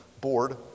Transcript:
board